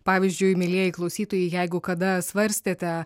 pavyzdžiui mielieji klausytojai jeigu kada svarstėte